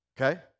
Okay